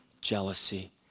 jealousy